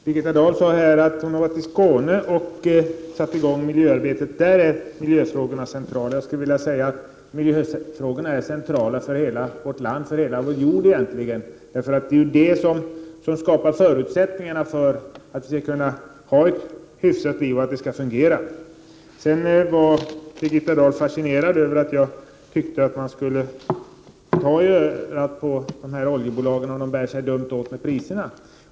Herr talman! Birgitta Dahl sade här att hon varit i Skåne och satt i gång miljöarbetet, och att miljöfrågorna där är centrala. Jag skulle vilja säga att miljöfrågorna är centrala för hela vårt land, och egentligen för hela vår jord. Miljön skapar ju förutsättningar för att vi skall föra ett hyfsat liv och att naturen skall fungera. Birgitta Dahl var fascinerad över att jag tyckte att man skulle ta oljebolagen i örat om de bär sig illa åt på prisområdet.